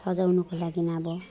सजाउनुको लागि अब